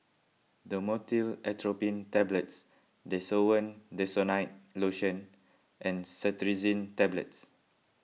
Dhamotil Atropine Tablets Desowen Desonide Lotion and Cetirizine Tablets